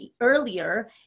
earlier